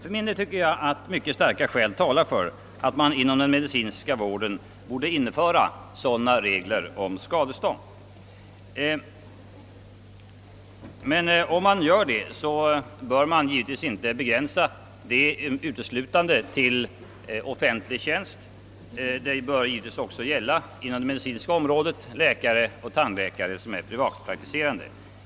För min del tycker jag att man inom den medicinska vården borde införa sådana regler om skadestånd. Men de bör då givetvis inte begränsas till läkare och tandläkare i offentlig tjänst, utan även omfatta de privatpraktiserande.